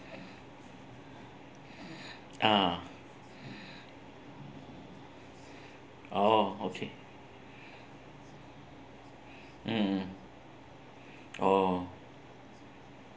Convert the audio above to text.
uh oh okay mm oh